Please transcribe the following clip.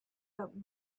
but